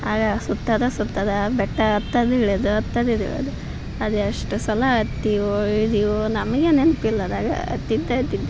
ಆಗ ಸುತ್ತದ ಸುತ್ತದ ಬೆಟ್ಟ ಹತ್ತದು ಇಳಿಯೋದು ಹತ್ತದು ಇಳಿಯೋದು ಅದು ಅದು ಎಷ್ಟು ಸಲ ಹತ್ತಿವೋ ಇಳ್ದೀವೋ ನಮಗೆ ನೆನಪಿಲ್ಲ ಅದಾಗ ಹತ್ತಿದ್ದೆ ಹತ್ತಿದ್